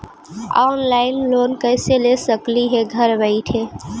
Online loan कैसे ले सकली हे घर बैठे?